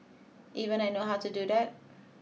even I know how to do that